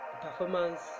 performance